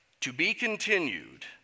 to-be-continued